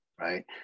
right